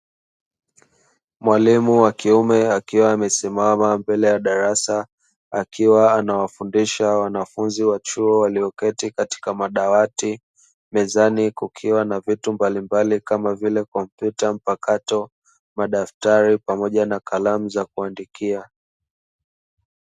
Mwalimu wa kiume akiwa amesimama mbele ya darasa akiwa anawafundisha wanafunzi wa chuo walioketi katika madawati mezani kukiwa na vitu mbalimbali kama vile tarakirishi mpakato, madaftari pamoja na kalamu za kuandikia.